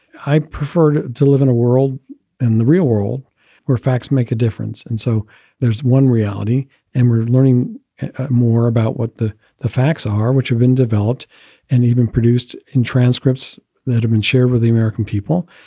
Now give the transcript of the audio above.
i prefer to to live in a world in the real world where facts make a difference. and so there's one reality and we're learning more about what the the facts are, which have been developed and even produced in transcripts that have been shared with the american people.